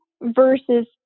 versus